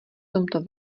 tomto